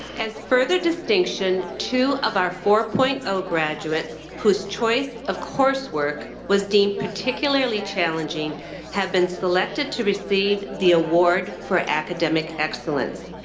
as further distinction, two of our four point zero graduates whose choice of coursework was deemed particularly challenging have been selected to receive the award for academic excellence.